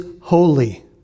holy